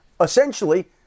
Essentially